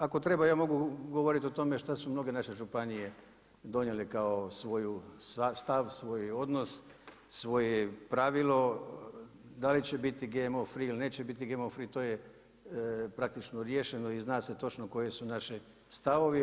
Ako treba ja mogu govoriti o tome šta su mnoge naše županije donijele kao svoj stav, svoj odnos, svoje pravilo, dali će biti GMO free ili neće biti GMO free to je praktično riješeno i zna se točno koji su naši stavovi.